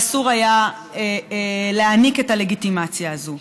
ואסור היה להעניק את הלגיטימציה הזאת.